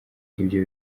ibyo